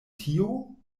tio